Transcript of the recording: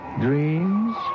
dreams